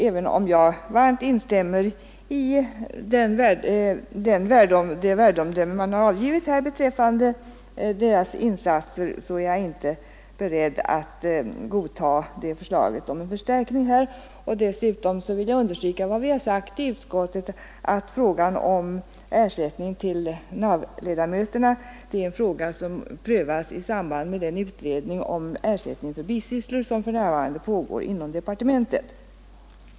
Även om jag varmt instämmer i de värdeomdömen man avgivit här beträffande de religiösa organisationernas insatser så är jag inte beredd att godta förslaget om en förstärkning här. Dessutom vill jag understryka vad vi sagt i utskottet, att frågan om ersättning till NA V-ledamöterna prövas i samband med den utredning om ersättning för bisysslor som för närvarande pågår inom finansdepartementet.